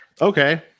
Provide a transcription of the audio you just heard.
Okay